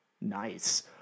nice